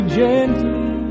gently